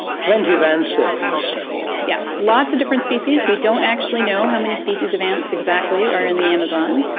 plenty of ants there for you to study? yes, lots of different species. we don't actually know how many species of ants exactly are in the amazon,